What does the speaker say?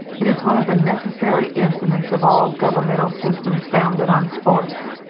it is one of the necessary incidents of all governmental systems founded on force,